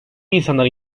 insanlar